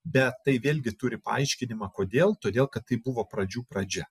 bet tai vėlgi turi paaiškinimą kodėl todėl kad tai buvo pradžių pradžia